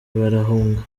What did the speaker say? barahunga